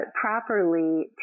properly